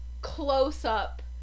close-up